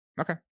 Okay